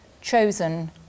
chosen